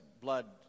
blood